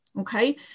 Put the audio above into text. Okay